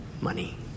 money